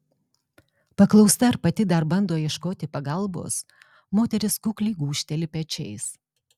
paklausta ar pati dar bando ieškoti pagalbos moteris kukliai gūžteli pečiais